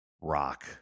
rock